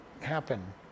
happen